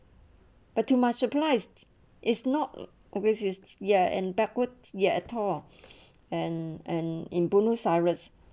but too much surprised it's not obvious it's ya and backwards ya atoll and and in bruno cyrus